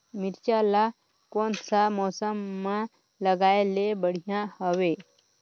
मिरचा ला कोन सा मौसम मां लगाय ले बढ़िया हवे